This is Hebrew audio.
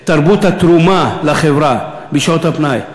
את תרבות התרומה לחברה בשעות הפנאי.